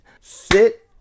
sit